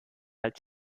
als